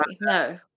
no